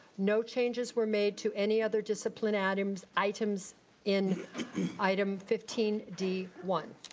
no changes were made to any other discipline items items in item fifteen d one.